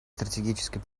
стратегической